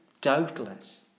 doubtless